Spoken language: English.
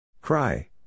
Cry